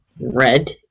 red